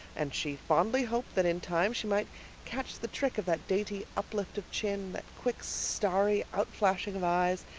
and she fondly hoped that in time she might catch the trick of that dainty uplift of chin that quick, starry outflashing of eyes,